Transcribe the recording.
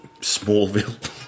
Smallville